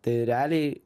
tai realiai